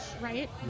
right